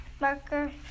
marker